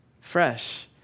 fresh